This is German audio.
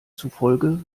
zufolge